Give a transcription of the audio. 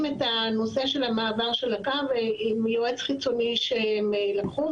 את הנושא של מעבר הקו עם יועץ חיצוני שהם לקחו,